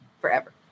forever